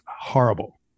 horrible